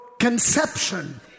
conception